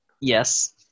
Yes